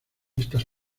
estas